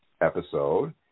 episode